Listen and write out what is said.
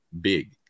big